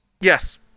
Yes